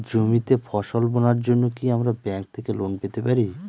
জমিতে ফসল বোনার জন্য কি আমরা ব্যঙ্ক থেকে লোন পেতে পারি?